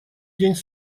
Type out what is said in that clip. день